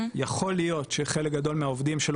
באמת קשורים לאותה תקופה,